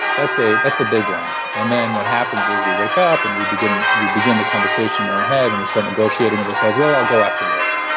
that's a that's a big one. and then what happens is we wake up and we begin we begin the conversation in our head and we start negotiating with ourselves. well, i'll go after work.